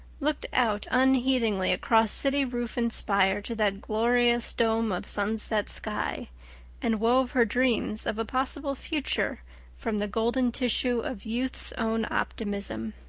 looked out unheedingly across city roof and spire to that glorious dome of sunset sky and wove her dreams of a possible future from the golden tissue of youth's own optimism.